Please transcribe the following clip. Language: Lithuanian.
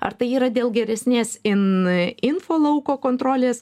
ar tai yra dėl geresnės in info lauko kontrolės